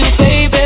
baby